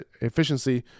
efficiency